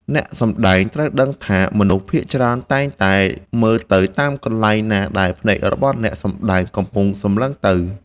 អ្នកសម្តែងត្រូវដឹងថាមនុស្សភាគច្រើនតែងតែមើលទៅតាមកន្លែងណាដែលភ្នែករបស់អ្នកសម្តែងកំពុងសម្លឹងទៅ។